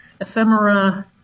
ephemera